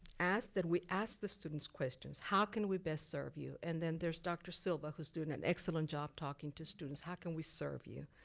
asked that we ask the students questions. how can we best serve you? and then there's dr. silva who's doing an excellent job talking to students. how can we serve you?